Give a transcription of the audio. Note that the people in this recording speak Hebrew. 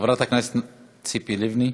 חברת הכנסת ציפי לבני.